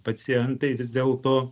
pacientai vis dėl to